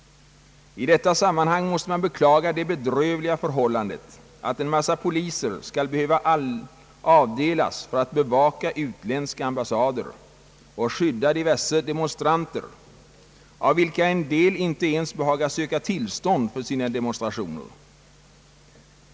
I detta sammanhang måste man beklaga det bedrövliga förhållandet, att en mängd poliser skall behöva avdelas för att bevaka utländska ambassader och skydda diverse demonstranter, av vilka en del inte ens behagar söka tillstånd för sina demonstrationer.